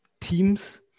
team's